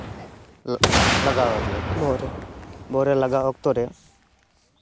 ᱞᱟᱜᱟᱣ ᱟᱫᱮᱭᱟ ᱵᱚᱦᱚᱜ ᱨᱮ ᱵᱚᱦᱚᱜ ᱨᱮ ᱞᱟᱜᱟᱣ ᱚᱠᱛᱚ ᱨᱮ